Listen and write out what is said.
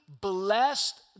blessed